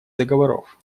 договоров